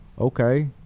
Okay